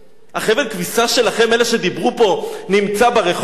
חבל הכביסה שלכם, אלה שדיברו פה, נמצא ברחוב?